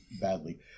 badly